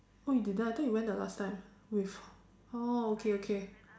oh you didn't I thought you went the last time with oh okay okay